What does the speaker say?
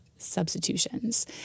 substitutions